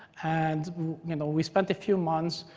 and you know we spent a few months,